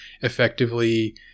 effectively